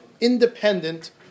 independent